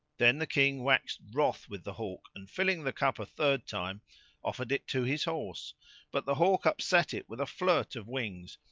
then the king waxed wroth with the hawk and filling the cup a third time offered it to his horse but the hawk upset it with a flirt of wings.